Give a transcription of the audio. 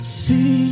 see